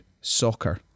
soccer